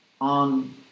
on